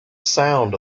sound